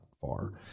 far